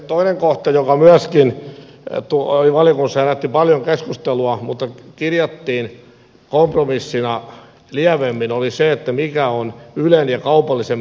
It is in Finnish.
toinen kohta joka myöskin valiokunnassa herätti paljon keskustelua mutta kirjattiin kompromissina lievemmin oli se mikä on ylen ja kaupallisen median välinen suhde